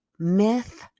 Myth